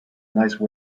nice